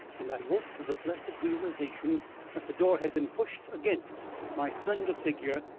and i woke to the blessed realisation that the door had been pushed against my slender figure,